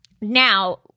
Now